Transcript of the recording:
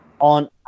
on